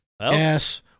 Yes